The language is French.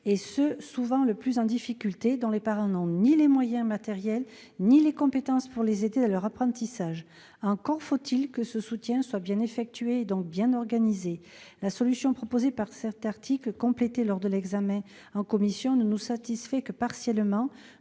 et ceux, souvent les plus en difficulté, dont les parents n'ont ni les moyens matériels ni les compétences pour les aider dans leurs apprentissages. Encore faut-il que ce soutien soit bien effectué, et donc bien organisé. La solution prévue dans cet article, complété lors de l'examen du texte en commission, ne nous satisfait que partiellement.